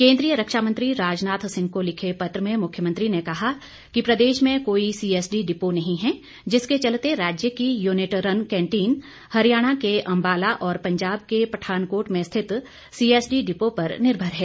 केन्द्रीय रक्षा मंत्री राजनाथ सिंह को लिखे पत्र में कहा कि प्रदेश में कोई सीएसडी डिपो नहीं है जिसके चलते राज्य की यूनिट रंग कैंटीन हरियाणा के अम्बाला और पंजाब के पठानकोट में स्थित सीएसडी डिपो पर निर्भर है